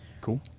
Cool